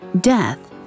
death